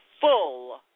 full